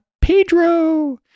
Pedro